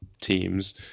teams